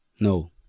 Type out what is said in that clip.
No